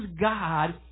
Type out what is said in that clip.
God